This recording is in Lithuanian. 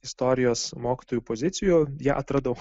istorijos mokytojų pozicijų ją atradau